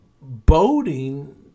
boating